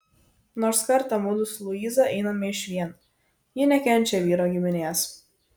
nors kartą mudu su luiza einame išvien ji nekenčia vyro giminės